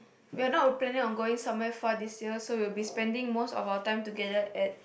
we're not planning on going somewhere far this year so we will be spending most of our time together at